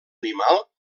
animal